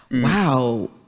wow